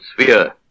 sphere